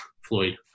Floyd